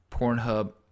Pornhub